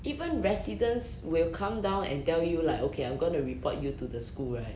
even residents will come down and tell you like okay I'm going to report you to the school right